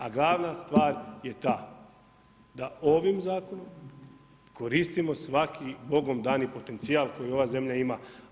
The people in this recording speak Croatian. A glavna stvar je ta, da ovim zakonom koristimo svaki Bogom dani potencijal koji ovaj zemlja ima.